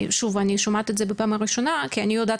שוב אני שומעת את זה בפעם הראשונה כי אני יודעת